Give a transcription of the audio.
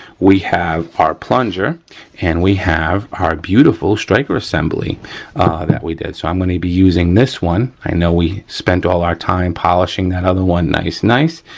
we have our plunger and we have our beautiful striker assembly that we did. so, i'm gonna be using this one, i know we spent all our time polishing that other one nice, nice,